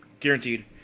Guaranteed